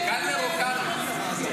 זה קלנר או קרעי?